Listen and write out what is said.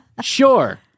sure